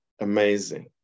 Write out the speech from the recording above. amazing